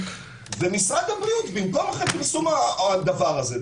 משרד הבריאות במקום אחרי פרסום הדבר הזה,